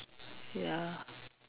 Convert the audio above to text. ya